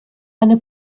eine